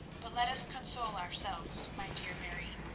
but let us console ourselves, my dear mary.